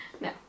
No